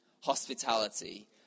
hospitality